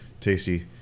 tasty